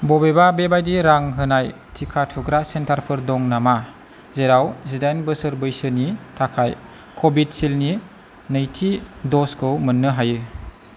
बबेबा बेबायदि रां होनाय टिका थुग्रा सेन्टारफोर दं नामा जेराव जिदाइन बोसोर बैसोनि थाखाय कभिसिल्दनि नैथि द'जखौ मोन्नो हायो